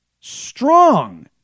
strong